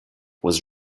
was